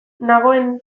nagoen